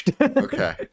Okay